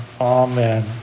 Amen